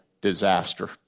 disaster